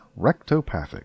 rectopathic